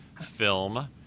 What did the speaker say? film